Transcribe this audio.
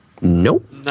Nope